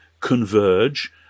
converge